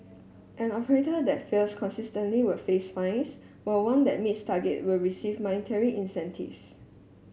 an operator that fails consistently will face fines while one that meets target will receive monetary incentives